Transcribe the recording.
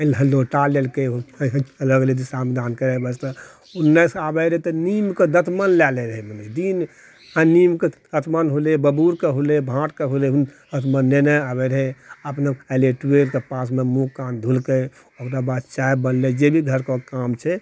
पहिले लोटा ललकय लगलै दिशा मैदान करय वास्ते उन्नैसँ आबै रहय तऽ नीमकऽ दँतमनि लै लले रहै नीम आ नीमकऽ दँतमनि होलय बबूलकऽ होलय भाँटके होलय दँतमनि लेने आबैत रहै अपनो अइले ट्यूबवेलके पास तऽ मुँह कान धोलकय ओकरा बाद छै चाय बनलय जे भी घर पर काम छै